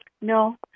No